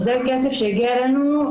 זה כסף שהגיע אלינו,